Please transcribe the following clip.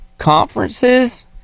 conferences